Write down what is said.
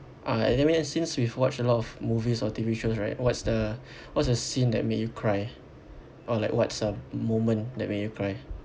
uh anyway since we've watched a lot of movies or T_V shows right what's the what's the scene that made you cry or like what's a moment that make you cry